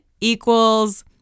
equals